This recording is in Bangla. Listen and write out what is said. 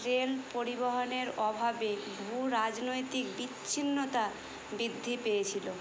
রেল পরিবহণের অভাবে ভূ রাজনৈতিক বিচ্ছিন্নতা বৃদ্ধি পেয়েছিল